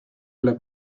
alla